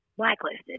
Blacklisted